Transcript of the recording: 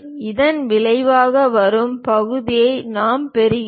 இதன் விளைவாக வரும் பகுதியை நாம் பெறுகிறோம்